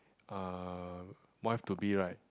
uh wife to be right